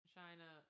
China